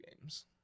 games